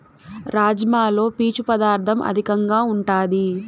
రాజ్మాలో పీచు పదార్ధం అధికంగా ఉంటాది